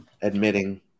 admitting